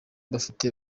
bafite